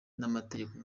mategeko